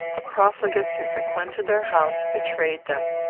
the profligates who frequented their house betrayed them.